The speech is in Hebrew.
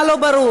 מה לא ברור?